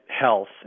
health